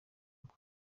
uko